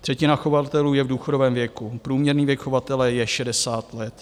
Třetina chovatelů je v důchodovém věku, průměrný věk chovatele je 60 let.